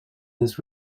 this